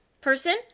person